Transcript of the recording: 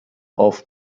auf